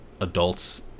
adults